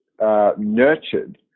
nurtured